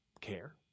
care